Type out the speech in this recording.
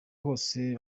hose